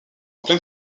pleine